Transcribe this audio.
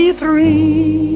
three